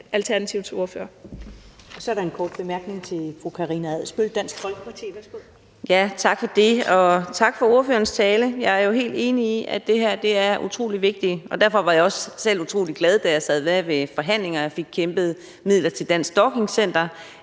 Så er der en kort bemærkning til fru Karina Adsbøl, Dansk Folkeparti. Værsgo. Kl. 13:22 Karina Adsbøl (DF): Tak for det. Og tak for ordførerens tale. Jeg er jo helt enig i, at det her er utrolig vigtigt, og derfor var jeg også selv utrolig glad, da jeg sad med ved forhandlingerne, hvor vi kæmpede for og fik midler til Dansk Stalking Center,